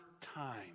time